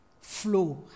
flow